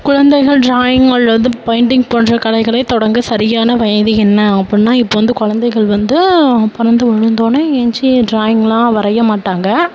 குழந்தைகள் ட்ராயிங் அல்லது பெயிண்டிங் போன்ற கலைகளை தொடங்க சரியான வயது என்ன அப்புடின்னா இப்போ வந்து குழந்தைகள் வந்து பிறந்து வளர்ந்தோன்னே ஏந்துச்சி ட்ராயிங்லாம் வரைய மாட்டாங்கள்